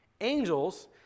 Angels